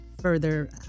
further